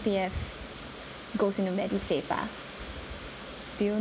C_C_F goes into MediSave ah